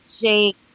Jake